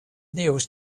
news